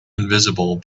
invisible